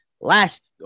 last